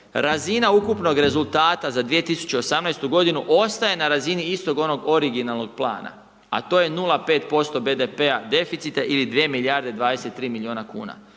razina ukupnog rezultata za 2018. godinu ostaje na razini istog onog originalnog plana, a to je 0,5% BDP-a deficita ili 2 milijarde 23 milijuna kuna.